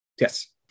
Yes